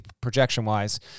projection-wise